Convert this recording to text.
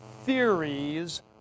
theories